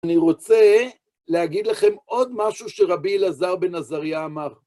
אני רוצה להגיד לכם עוד משהו שרבי אלעזר בן עזריה אמר.